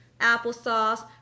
applesauce